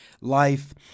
life